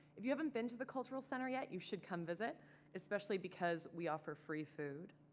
if you haven't been to the cultural center yet, you should come visit especially because we offer free food.